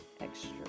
extra